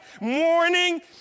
morning